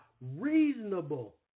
reasonable